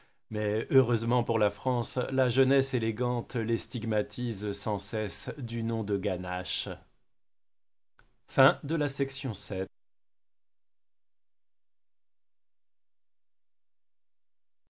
mais heureusement pour la france la jeunesse élégante les stigmatise sans cesse du nom de ganaches